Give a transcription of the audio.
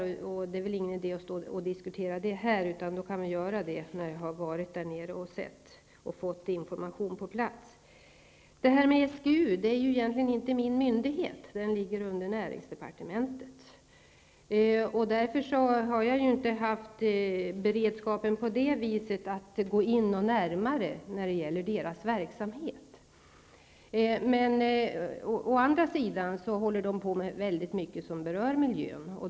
Men det är väl ingen idé att diskutera den saken här. Det kan vi göra efter det att jag har varit där nere och sett hur det förhåller sig, alltså när jag på platsen har fått information. SGU är egentligen inte en myndighet som lyder under mig, utan SGU lyder under näringsdepartementet. Därför har jag inte haft någon beredskap för att närmare studera dess verksamhet. Å andra sidan håller man på med väldigt mycket som berör miljön.